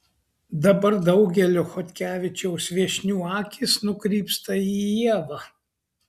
dabar daugelio chodkevičiaus viešnių akys nukrypsta į ievą